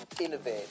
Innovate